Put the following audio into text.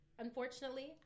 Unfortunately